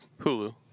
Hulu